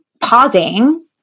pausing